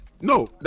no